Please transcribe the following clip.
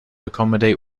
accommodate